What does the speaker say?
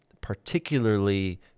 particularly